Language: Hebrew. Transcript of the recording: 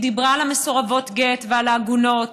היא דיברה על מסורבות הגט ועל העגונות,